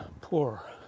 poor